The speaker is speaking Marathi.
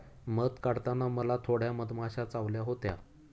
मध काढताना मला थोड्या मधमाश्या चावल्या होत्या